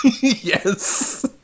Yes